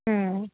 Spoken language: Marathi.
हं